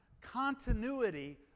continuity